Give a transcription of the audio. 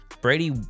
brady